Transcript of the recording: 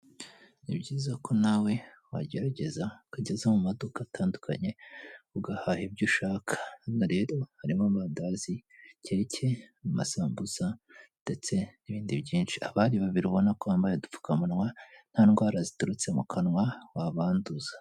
Ni byiza ko nawe wagerageza ukageza mu maduka atandukanye ugahaha ibyo ushaka. Hano rero harimo madazi, keke, amasambusa, ndetse n'ibindi byinshi, abari babiri ubona ko bambaye udupfukamunwa nta ndwara ziturutse mu kanwa wabanduza.